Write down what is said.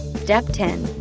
step ten.